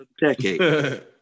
decade